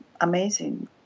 amazing